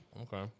Okay